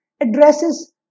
addresses